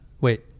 wait